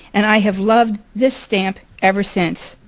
and i have loved this stamp ever since.